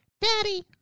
Daddy